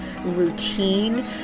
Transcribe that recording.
routine